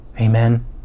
Amen